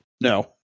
No